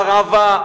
ההרעבה,